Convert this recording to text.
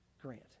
Grant